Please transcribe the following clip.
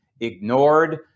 ignored